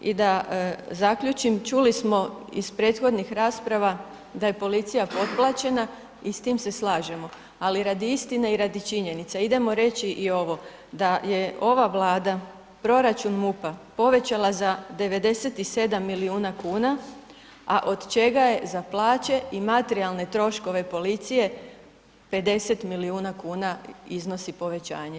I da zaključim, čuli smo iz prethodnih rasprava da je policija potplaćena i s tim se slažemo, ali radi istine i radi činjenica idemo reći i ovo da je ova Vlada, proračun MUP-a povećala za 97 milijuna kuna, a od čega je za plaće i materijalne troškove policije 50 milijuna kuna iznosi povećanje.